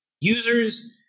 users